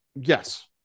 Yes